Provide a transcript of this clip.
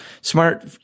smart